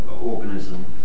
organism